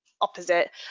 opposite